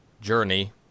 journey